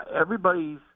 everybody's –